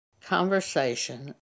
conversation